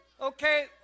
Okay